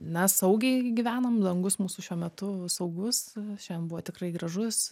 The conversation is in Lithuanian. na saugiai gyvenam dangus mūsų šiuo metu saugus šiandien buvo tikrai gražus